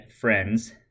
friends